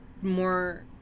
more